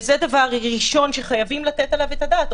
זה דבר ראשון שחייבים לתת עליו את הדעת.